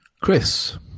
Chris